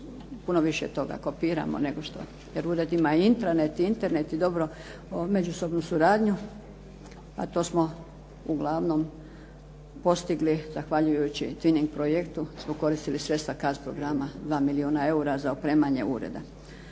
puno toga kopiramo nego što. Jer ured ima Internet i dobru međusobnu suradnju, a to smo uglavnom postigli zahvaljujući … projektu smo koristili sredstva CARDS programa 2 milijuna eura za opremanje ureda.